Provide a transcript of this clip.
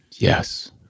Yes